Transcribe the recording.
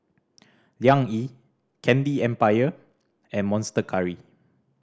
Liang Yi Candy Empire and Monster Curry